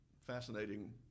fascinating